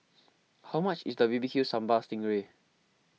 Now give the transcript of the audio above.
how much is the B B Q Sambal Sting Ray